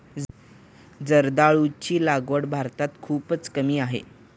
जर्दाळूची लागवड भारतात खूपच कमी आहे